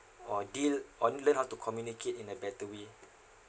or deal or learn how to communicate in a better way